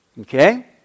okay